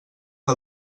que